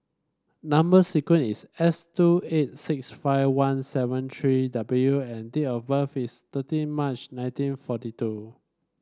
number sequence is S two eight six five one seven three W and date of birth is thirteen March nineteen forty two